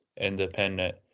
independent